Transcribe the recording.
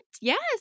yes